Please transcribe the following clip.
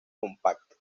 compacto